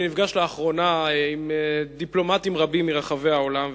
אני נפגש לאחרונה עם דיפלומטים רבים מרחבי העולם,